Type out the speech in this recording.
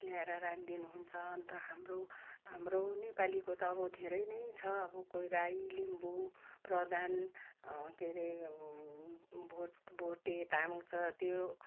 ल्याएर राखिदिनुहुन्छ अन्त हाम्रो हाम्रो नेपालीको त अब धेरै नै छ अब कोही राई लिम्बु प्रधान के अरे भोट भोटे तामङ छ त्यो